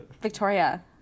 Victoria